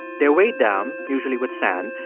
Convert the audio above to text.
they're weighed down, usually with sand,